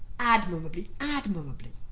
admirably! admirably!